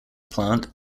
plant